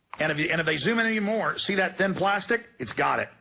kind of yeah and if they zoom in any more, see that thin plastic? it's got it.